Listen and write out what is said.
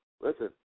Listen